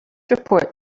report